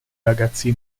ragazzi